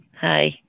Hi